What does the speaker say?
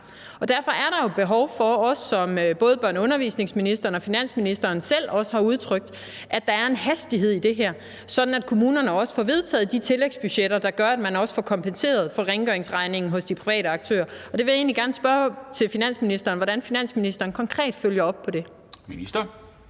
Derfor er der jo behov for, som både børne- og undervisningsministeren og finansministeren selv også har udtrykt, at der er en hastighed i det her, sådan at kommunerne også får vedtaget de tillægsbudgetter, der gør, at man også får kompenseret for rengøringsregningen hos de private aktører, og jeg vil egentlig gerne spørge finansministeren, hvordan finansministeren konkret følger op på det.